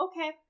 Okay